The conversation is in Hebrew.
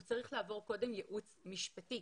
הוא צריך לעבור קודם ייעוץ משפטי.